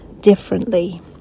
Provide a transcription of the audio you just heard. differently